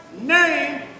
name